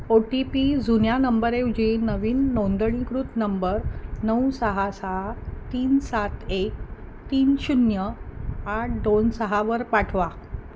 ओ T P जुन्या नंबरऐवजी नवीन नोंदणीकृत नंबर नऊ सहा सहा तीन सात एक तीन शून्य आठ दोन सहावर पाठवा